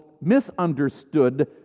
misunderstood